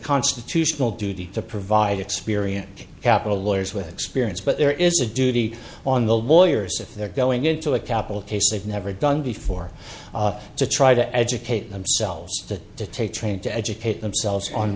constitutional duty to provide experience capital lawyers with experience but there is a duty on the lawyers if they're going into a capital case they've never done before to try to educate themselves that to take trying to educate themselves on